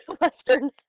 Western